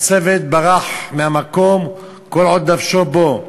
הצוות ברח מהמקום כל עוד נפשו בו,